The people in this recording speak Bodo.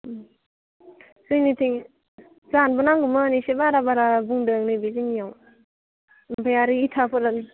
जोंनिथिं जोंहानोबो नांगौमोन एसे बारा बारा बुंदों नैबे जोंनियाव ओमफ्राय आरो इथाफोरा